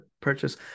purchase